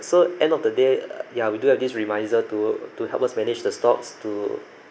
so end of the day ya we do have this remisier to to help us manage the stocks to